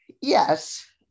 Yes